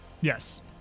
Yes